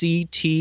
CT